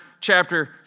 chapter